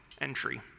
entry